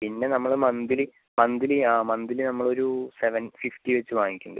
പിന്നെ നമ്മൾ monthly monthly ആ മന്ത്ലി നമ്മൾ ഒരു സെവൻ ഫിഫ്റ്റി വെച്ച് വാങ്ങിക്കുന്നുണ്ട്